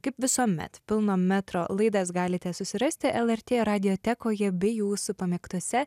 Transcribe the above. kaip visuomet pilno metro laidas galite susirasti lrt radijotekoje bei jūsų pamėgtose